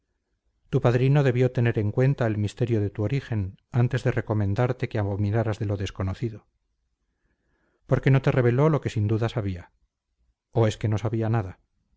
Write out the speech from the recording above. tu padrino debió tener en cuenta el misterio de tu origen antes de recomendarte que abominaras de lo desconocido por qué no te reveló lo que sin duda sabía o es que no sabía nada